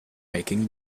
making